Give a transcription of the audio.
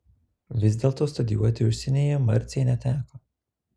vis dėlto studijuoti užsienyje marcei neteko